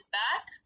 back